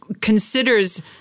considers